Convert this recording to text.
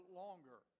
longer